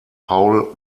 paul